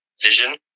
vision